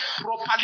properly